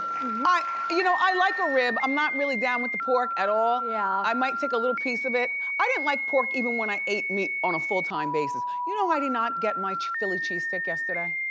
i you know i like a rib, i'm not really down with the pork at all. yeah i might take a little piece of it. i didn't like pork even when i ate meat on a full time basis. you know i did not get my philly cheese steak yesterday?